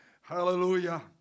Hallelujah